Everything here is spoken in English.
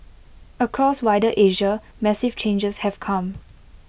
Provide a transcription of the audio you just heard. across wider Asia massive changes have come